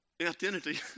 identity